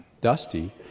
dusty